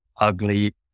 ugly